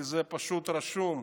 כי זה פשוט רשום,